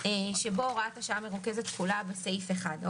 עמוד 5, שבו הוראת השעה מרוכזת כולה בסעיף אחד.